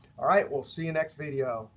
all right, we'll see you next video.